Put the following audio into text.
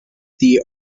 the